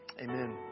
Amen